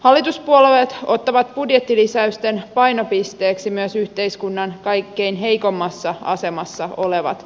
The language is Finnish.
hallituspuolueet ottavat budjettilisäysten painopisteeksi myös yhteiskunnan kaikkein heikoimmassa asemassa olevat